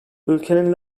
ülkenin